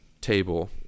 table